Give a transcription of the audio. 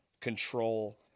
control